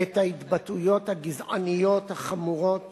את ההתבטאויות הגזעניות החמורות